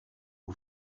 aux